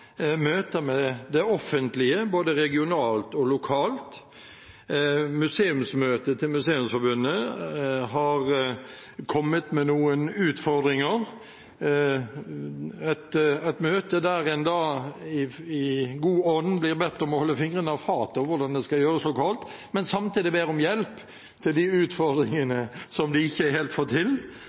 møter med det offentlige, både regionalt og lokalt. Museumsmøtet til Museumsforbundet har kommet med noen utfordringer – et møte der en i god ånd blir bedt om å holde fingrene av fatet med hensyn til hvordan det skal gjøres lokalt, men samtidig ber de om hjelp til de utfordringene som de ikke helt får til.